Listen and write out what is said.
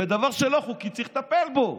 ודבר שלא חוקי, צריך לטפל בו.